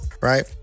right